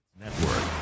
Network